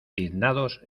tiznados